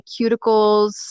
cuticles